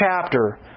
chapter